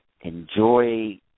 Enjoy